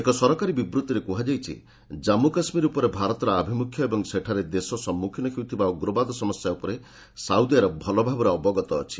ଏକ ସରକାରୀ ବିବୃତ୍ତିରେ କୁହାଯାଇଛି କାଞ୍ଚୁ କାଶ୍ମୀର ଉପରେ ଭାରତର ଆଭିମୁଖ୍ୟ ଏବଂ ସେଠାରେ ଦେଶ ସମ୍ମୁଖୀନ ହେଉଥିବା ଉଗ୍ରବାଦ ସମସ୍ୟା ଉପରେ ସାଉଦୀ ଆରବ ଭଲଭାବରେ ଅବଗତ ଅଛି